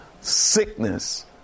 sickness